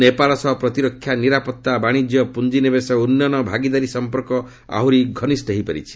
ନେପାଳ ସହ ପ୍ରତିରକ୍ଷା ନିରାପତ୍ତା ବାଶିଜ୍ୟ ପୁଞ୍ଜିନିବେଶ ଓ ଉନ୍ନୟନ ଭାଗିଦାରୀ ସଂପର୍କ ଆହୁରି ଘନିଷ୍ଠ ହୋଇଛି